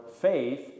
faith